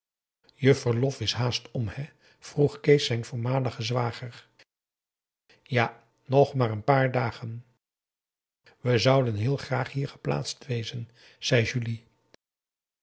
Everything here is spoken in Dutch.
je verlof is haast om hé vroeg kees zijn voormaligen zwager ja nog maar n paar dagen we zouden heel graag hier geplaatst wezen zei julie